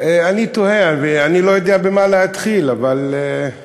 אני תוהה, ואני לא יודע ממה להתחיל, אבל, חברים,